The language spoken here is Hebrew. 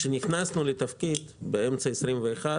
כשנכנסנו לתפקיד באמצע 21',